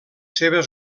seves